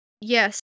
Yes